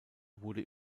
wurde